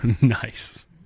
Nice